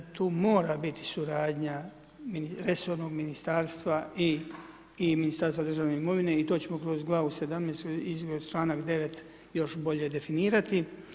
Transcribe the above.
Tu mora biti suradnja resornog ministarstva i Ministarstva državne imovine i to ćemo kroz glavu 17 … članak 9. još bolje definirati.